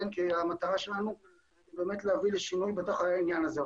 כי המטרה שלנו באמת להביא לשינוי בעניין הזה.